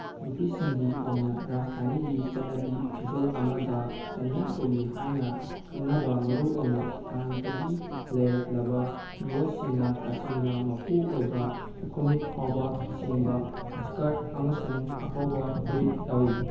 ꯅꯨꯄꯤꯁꯤꯡꯒꯤ ꯑꯣꯏꯅ ꯔꯥꯖꯊꯥꯅꯤꯒꯤ ꯆꯠꯅꯕꯤ ꯐꯤꯖꯣꯜ ꯑꯃꯗ ꯆꯅꯤꯌꯥ ꯆꯣꯂꯤ ꯍꯥꯏꯅ ꯈꯪꯅꯕ ꯃꯔꯨꯑꯣꯏꯅ ꯍꯥꯟꯅꯗꯒꯤ ꯂꯩꯔꯛꯂꯕ ꯃꯤꯑꯣꯏꯁꯤꯡꯅ ꯇꯁꯦꯡꯅ ꯃꯄꯨ ꯑꯣꯏꯕ ꯈꯨꯃꯤꯠ ꯐꯥꯎꯕ ꯁꯦꯡꯕ ꯏꯁꯀꯔꯠ ꯑꯃꯁꯨꯡ ꯑꯀꯧꯕ ꯐꯨꯔꯤꯠ ꯌꯥꯎꯋꯤ